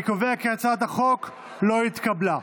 אני קובע כי הצעת החוק לא התקבלה.